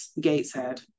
Gateshead